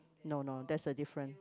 no no that's the different